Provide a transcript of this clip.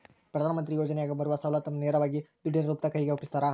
ಪ್ರಧಾನ ಮಂತ್ರಿ ಯೋಜನೆಯಾಗ ಬರುವ ಸೌಲತ್ತನ್ನ ನೇರವಾಗಿ ದುಡ್ಡಿನ ರೂಪದಾಗ ಕೈಗೆ ಒಪ್ಪಿಸ್ತಾರ?